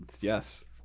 Yes